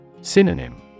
Synonym